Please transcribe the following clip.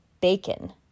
Bacon